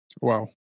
Wow